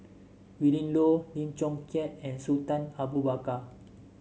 Willin Low Lim Chong Keat and Sultan Abu Bakar